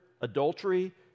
adultery